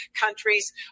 countries